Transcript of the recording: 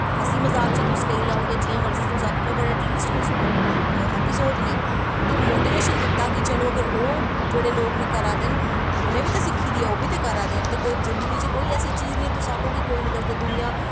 हसी मज़ाक च तुस लेई लैओ जां जियां तुस समझी लैओ ऐटलीस्ट उस ऐपिसोड़ नै इक मोटिवेशन दित्ता कि अगर ओह् लोग करा दे न ते उनैं बी ते सिक्खी दी ऐ ओह् बी ते करा दे न जिन्दगी च ऐसी कोई चीज़ नी ऐ जेह्ड़ी तुस नी करी सकदा दुनियां